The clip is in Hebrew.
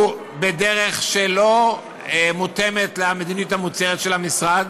בדרך שלא מותאמת למדיניות המוצהרת של המשרד,